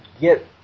get